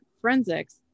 Forensics